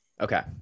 Okay